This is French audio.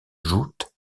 joutes